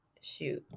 shoot